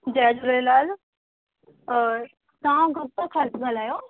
जय झूलेलाल अ तव्हां ॻाल्हायो